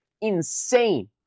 insane